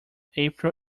april